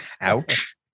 Ouch